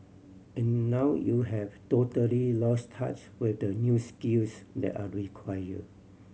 and now you have totally lost touch with the new skills that are require